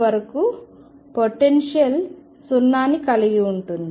వరకు పొటెన్షియల్ 0 ని కలిగిఉంటుంది